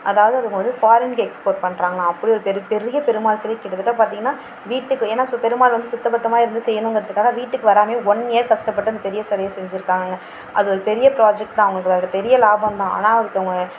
அதாவது அதுக்கு வந்து ஃபாரின்க்கு எக்ஸ்போர்ட் பண்ணுறங்களா அப்படி ஒரு பெரிய பெருமாள் சிலை கிட்டத்தட்ட பார்த்திங்கன்னா வீட்டுக்கு ஏன்னால் பெருமாள் வந்து சுத்தப்பத்தமாக இருந்து செய்யணுங்கிறத்துக்காக வீட்டுக்கு வராமேயே ஒன் இயர் கஷ்டப்பட்டு அந்த பெரிய சிலைய செஞ்சுருக்காங்கங்க அது ஒரு பெரிய ப்ராஜக்ட் தான் அவங்களுக்கு அதில் பெரிய லாபம்தான் ஆனால் அதுக்கு அவங்க